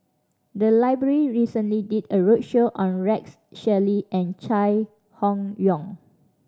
the library recently did a roadshow on Rex Shelley and Chai Hon Yoong